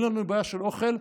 אין לנו בעיה של אוכל,